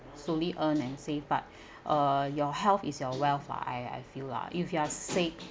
slowly earn and save but uh your health is your wealth lah I I feel lah if you are sick